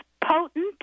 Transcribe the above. potent